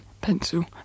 pencil